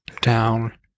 down